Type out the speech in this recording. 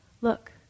Look